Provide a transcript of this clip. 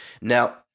Now